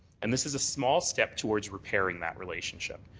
and this is a small step towards repairing that relationship.